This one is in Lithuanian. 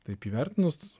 taip įvertinus